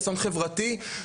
אסון חברתי.